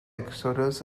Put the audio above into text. exodus